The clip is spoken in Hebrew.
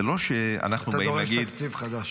זה לא שאנחנו באים להגיד --- אתה דורש תקציב חדש.